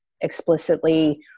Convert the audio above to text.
explicitly